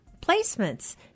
Placements